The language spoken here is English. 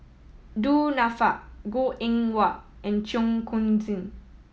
Du Nanfa Goh Eng Wah and Cheong Koon Seng